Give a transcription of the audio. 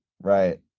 Right